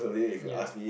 ya